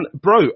Bro